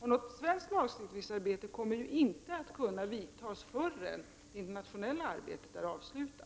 Något svenskt lagstiftningsarbete kommer inte att kunna vidtas förrän det internationella arbetet är avslutat.